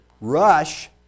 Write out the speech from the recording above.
rush